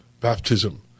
baptism